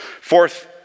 Fourth